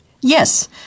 Yes